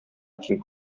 киң